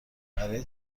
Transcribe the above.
برای